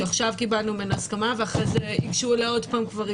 שעכשיו קיבלנו ממנה הסכמה ואחרי זה ייגשו אליה עוד פעם.